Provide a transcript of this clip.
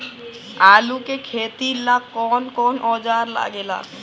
आलू के खेती ला कौन कौन औजार लागे ला?